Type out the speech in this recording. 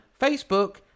Facebook